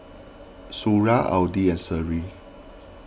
Suria Adi and Seri